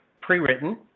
pre-written